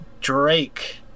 Drake